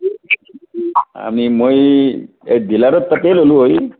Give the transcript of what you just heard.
আমি মই ডিলাৰত তাতে ল'লোঁ হয়